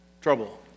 trouble